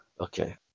Okay